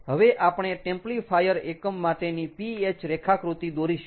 હવે આપણે ટેમ્પ્લીફાયર એકમ માટેની Ph રેખાકૃતિ દોરીશું